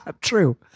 True